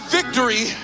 victory